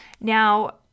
Now